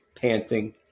panting